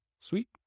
Sweet